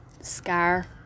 Scar